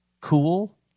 cool